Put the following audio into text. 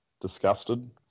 Disgusted